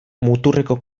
muturreko